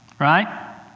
right